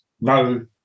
no